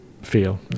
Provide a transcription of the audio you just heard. feel